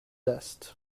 است